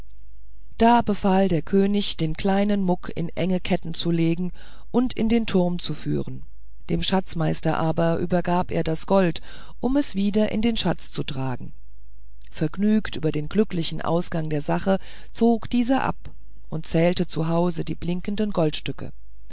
da befahl der könig den kleinen muck in enge ketten zu legen und in den turm zu führen dem schatzmeister aber übergab er das gold um es wieder in den schatz zu tragen vergnügt über den glücklichen ausgang der sache zog dieser ab und zählte zu hause die blinkenden goldstücke